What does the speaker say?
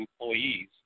employees